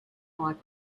like